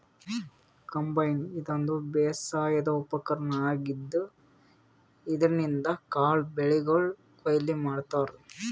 combine ಇದೊಂದ್ ಬೇಸಾಯದ್ ಉಪಕರ್ಣ್ ಆಗಿದ್ದ್ ಇದ್ರಿನ್ದ್ ಕಾಳ್ ಬೆಳಿಗೊಳ್ ಕೊಯ್ಲಿ ಮಾಡ್ತಾರಾ